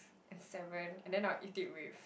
and salmon and then I will eat it with